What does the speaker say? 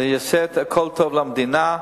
ויעשה את הכול טוב למדינה.